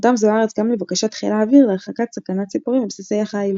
נרתם זו-ארץ גם לבקשת חיל האוויר להרחקת סכנת הציפורים מבסיסי החיל.